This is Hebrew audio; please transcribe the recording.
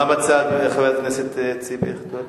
מה מציעה חברת הכנסת ציפי חוטובלי?